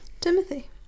Timothy